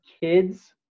kids